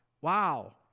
wow